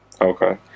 Okay